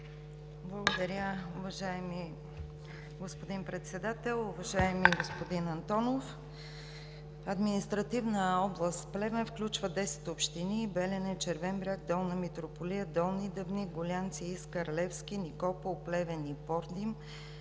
Благодаря, уважаеми господин Председател. Уважаеми господин Антонов, административна област Плевен включва десет общини – Белене, Червен бряг, Долна Митрополия, Долни Дъбник, Гулянци, Искър, Левски, Никопол, Плевен и Пордим